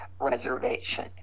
reservation